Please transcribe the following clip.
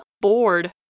bored